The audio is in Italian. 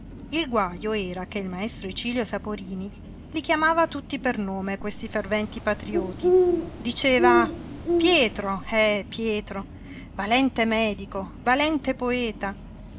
il guajo era che il maestro icilio saporini li chiamava tutti per nome questi ferventi patrioti diceva pietro eh pietro valente medico valente poeta